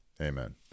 amen